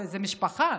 זה משפחה,